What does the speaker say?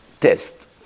test